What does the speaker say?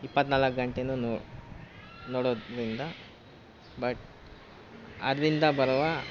ಇಪ್ಪತ್ನಾಲ್ಕು ಗಂಟೆ ನೋಡೋದರಿಂದ ಬಟ್ ಅದರಿಂದ ಬರುವ